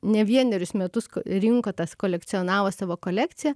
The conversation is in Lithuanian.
ne vienerius metus rinko tas kolekcionavo savo kolekciją